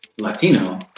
Latino